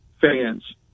fans